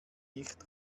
nicht